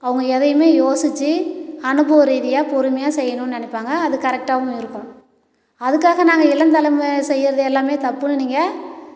அவங்க எதையும் யோசித்து அனுபவரீதியாக பொறுமையாக செய்யணும்னு நினைப்பாங்க அது கரெக்ட்டாகவும் இருக்கும் அதுக்காக நாங்கள் இளம்தலைமுறையினர் செய்யறது எல்லாமே தப்புன்னு நீங்கள்